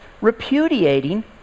repudiating